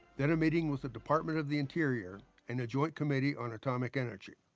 then a meeting with the department of the interior and a joint committee on atomic energy.